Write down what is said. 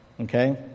okay